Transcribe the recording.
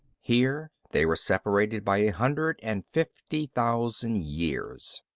here they were separated by a hundred and fifty thousand years.